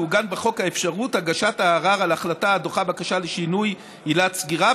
תעוגן בחוק אפשרות הגשת הערר על החלטה הדוחה בקשה לשינוי עילת סגירה.